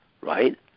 right